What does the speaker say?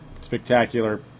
Spectacular